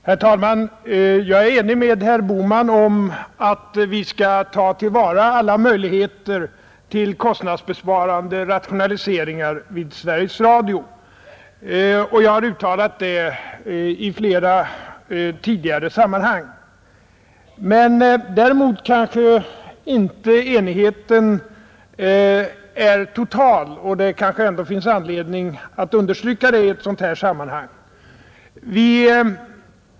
Herr talman! Jag är ense med herr Bohman om att vi skall ta till vara alla möjligheter till kostnadsbesparande rationaliseringar vid Sveriges Radio — jag har tidigare uttalat det i flera sammanhang. Enigheten är kanske ändå inte total — och det kan finnas anledning att ytterligare understryka det i detta sammanhang.